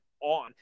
on